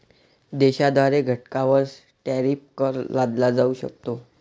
देशाद्वारे घटकांवर टॅरिफ कर लादला जाऊ शकतो